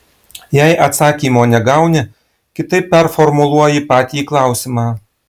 jei atsakymo negauni kitaip performuluoji patį klausimą